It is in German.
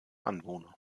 anwohner